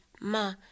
ma